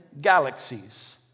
galaxies